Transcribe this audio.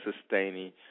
sustaining